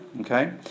Okay